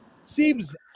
seems